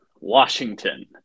Washington